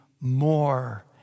more